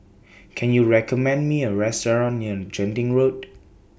Can YOU recommend Me A Restaurant near Genting Road